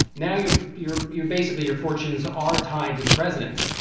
now you're you're you're basically your fortunes are tied to the president's.